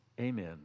amen